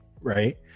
right